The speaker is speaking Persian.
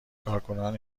کارکنان